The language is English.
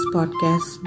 Podcast